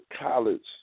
college